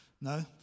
No